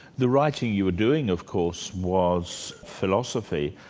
the writing you were doing of course, was philosophy,